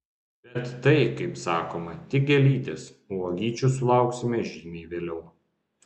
bet tai kaip sakoma tik gėlytės o uogyčių sulauksime žymiai vėliau